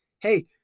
Hey